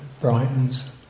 brightens